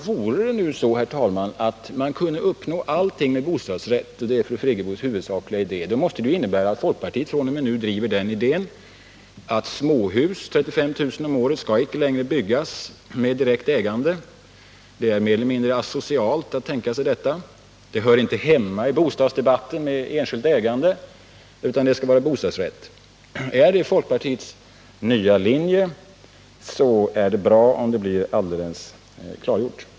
Vore det nu så, herr talman, att man kunde uppnå allting med bostadsrätt, och det är fru Friggebos huvudargument, måste det innebära att folkpartiet fr.o.m. nu driver idén att småhus med direkt ägande — 35 000 om året — inte längre skall byggas. Det är mer eller mindre asocialt att tänka sig detta. Enskilt ägande hör inte hemma i bostadsdebatten, utan det skall vara bostadsrätt. Är detta folkpartiets nya linje, så är det bra om det blir klargjort.